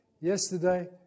yesterday